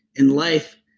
in life,